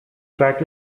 track